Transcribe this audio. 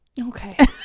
Okay